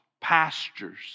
pastures